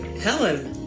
helen.